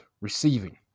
receiving